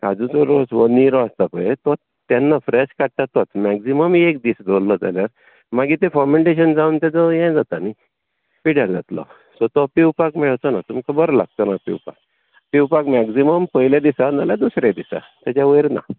काजूचो रोस हो निरो आसता पळय तो तेन्ना फ्रॅश काडटा तोच मॅग्जिमम एक दीस दोल्लो जाल्यार मागीर तें फमँटेशन जावन ताजो हें जाता न्हय पिड्ड्यार जातलो सो तो पिवपाक मेळचो ना तुमकां बरो लागचोना पिवपाक पिवपाक मॅग्जिमम पयले दिसा नाल्या दुसऱ्या दिसा ताज्या वयर ना